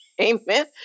amen